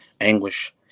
anguish